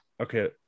okay